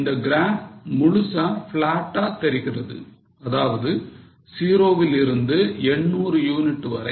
இந்த graph முழுசா flat அ தெரிகிறது அதாவது 0 வில் இருந்து 800 யூனிட் வரை